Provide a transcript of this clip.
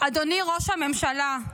אדוני ראש הממשלה,